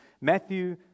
Matthew